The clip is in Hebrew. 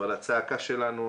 אבל הצעקה שלנו,